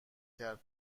کرد